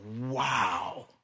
wow